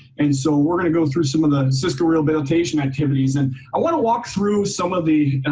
and so we're going to go through some of the cisco rehabilitation activities and i want to walk through some of the,